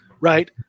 right